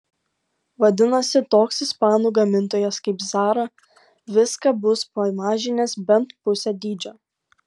vadinasi toks ispanų gamintojas kaip zara viską bus pamažinęs bent pusę dydžio